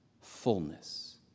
fullness